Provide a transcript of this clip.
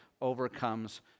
overcomes